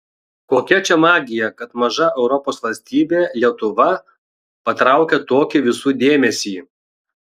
kokia čia magija kad maža europos valstybė lietuva patraukia tokį visų dėmesį